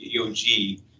EOG